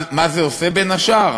מה זה עושה, בין השאר?